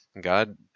God